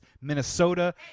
Minnesota